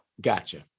Gotcha